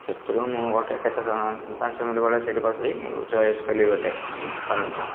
ସେଥିରୁ ମୁଁ ଗୋଟେ କେତେ ସ ପାଞ୍ଚ ମିନିଟ୍ ବଳେ ସେଇଠି ବସିଲି ଚଏସ୍ କଲି ଗୋଟେ ପନିକି